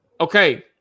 Okay